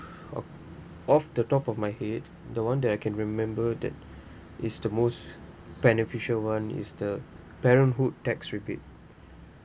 of of the top of my head the one that I can remember that is the most beneficial [one] is the parenthood tax rebate